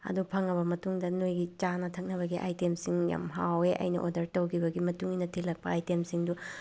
ꯑꯗꯣ ꯐꯪꯉꯕ ꯃꯇꯨꯡꯗ ꯅꯣꯏꯒꯤ ꯆꯥꯅ ꯊꯛꯅꯕꯒꯤ ꯑꯥꯏꯇꯦꯝꯁꯤꯡ ꯌꯥꯝ ꯍꯥꯎꯑꯦ ꯑꯩꯅ ꯑꯣꯔꯗ꯭ꯔ ꯇꯧꯈꯤꯕꯒꯤ ꯃꯇꯨꯡ ꯏꯟꯅ ꯊꯤꯜꯂꯛꯄ ꯑꯥꯏꯇꯦꯝꯁꯤꯡꯗꯨ